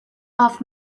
off